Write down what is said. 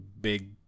big